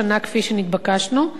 על מנת להשלים את החקיקה.